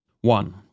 One